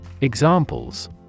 Examples